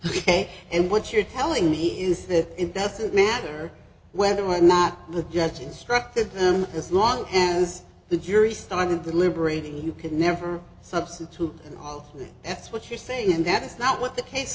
ok and what you're telling me is that it doesn't matter whether or not the judge instructed them as long as the jury started deliberating you could never substitute all that's what you're saying and that's not what the case